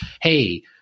hey